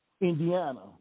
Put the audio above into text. Indiana